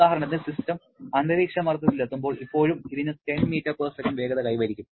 ഉദാഹരണത്തിന് സിസ്റ്റം അന്തരീക്ഷമർദ്ദത്തിൽ എത്തുമ്പോൾ ഇപ്പോഴും ഇതിന് 10 ms വേഗത കൈവരിക്കും